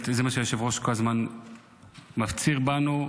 זה מה שהיושב-ראש כל הזמן מפציר בנו,